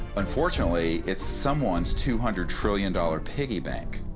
unfortunately, it's someone's two hundred trillion dollar piggy bank.